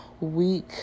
week